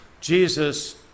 jesus